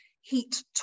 heat